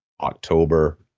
October